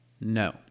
No